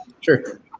Sure